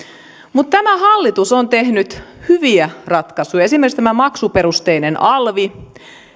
mutta tämä hallitus on tehnyt hyviä ratkaisuja esimerkiksi maksuperusteinen alvi